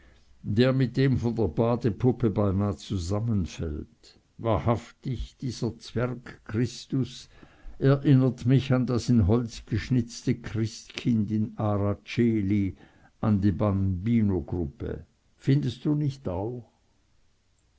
der mit dem von der badepuppe beinah zusammenfällt wahrhaftig dieser zwerg christus erinnert mich an das in holz geschnitzte christkind in ara celi an die bambino puppe findest du nicht auch